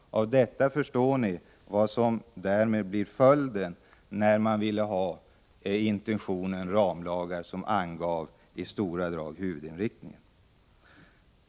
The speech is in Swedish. Av detta förstår ni vad som blivit följden av att införa ramlagar som i stora drag anger huvudinriktningen.